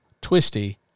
twisty